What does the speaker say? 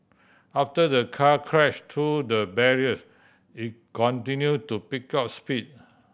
after the car crash through the barriers it continue to pick up speed